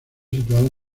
situada